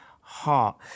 heart